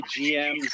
GMs